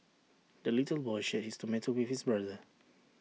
the little boy shared his tomato with his brother